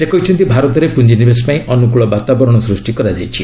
ସେ କହିଛନ୍ତି ଭାରତରେ ପୁଞ୍ଜିନିବେଶ ପାଇଁ ଅନୁକୂଳ ବାତାବରଣ ସୃଷ୍ଟି କରାଯାଇଛି